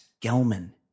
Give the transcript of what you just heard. Gelman